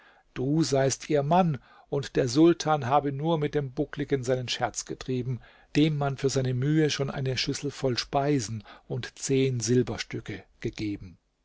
du seist ihr mann und der sultan habe nur mit dem buckligen seinen scherz getrieben dem man für seine mühe schon eine schüssel voll speisen und zehn silberstücke gegeben